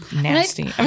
Nasty